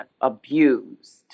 abused